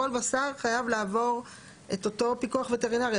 כל בשר חייב לעבור את אותו פיקוח וטרינרי.